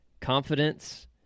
confidence